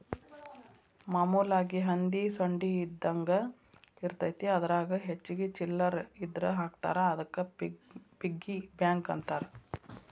ಮಾಮೂಲಾಗಿ ಹಂದಿ ಸೊಂಡಿ ಇದ್ದಂಗ ಇರತೈತಿ ಅದರಾಗ ಹೆಚ್ಚಿಗಿ ಚಿಲ್ಲರ್ ಇದ್ರ ಹಾಕ್ತಾರಾ ಅದಕ್ಕ ಪಿಗ್ಗಿ ಬ್ಯಾಂಕ್ ಅಂತಾರ